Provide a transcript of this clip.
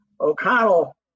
O'Connell